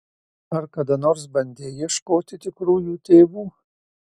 ar kada nors bandei ieškoti tikrųjų tėvų